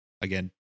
again